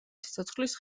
სიცოცხლის